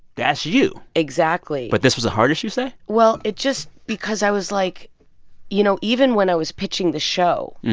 that's you exactly but this was the hardest you say? well, it just because i was like you know, even when i was pitching the show,